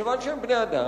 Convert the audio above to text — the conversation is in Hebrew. כיוון שהם בני-אדם,